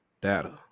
data